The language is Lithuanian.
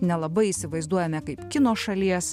nelabai įsivaizduojame kaip kino šalies